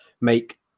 make